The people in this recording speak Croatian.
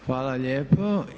Hvala lijepo.